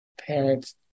parents